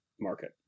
market